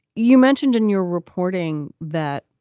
you mentioned in your reporting that.